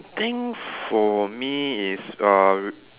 I think for me is uh